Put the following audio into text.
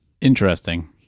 Interesting